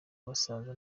abasaza